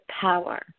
power